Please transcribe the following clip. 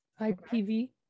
ipv